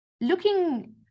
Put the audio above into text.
Looking